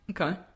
Okay